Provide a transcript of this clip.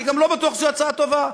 וגם אני לא בטוח שזו הצעה טובה,